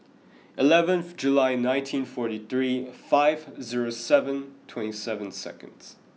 eleven July nineteen forty three five zero seven twenty seven seconds